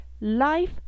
Life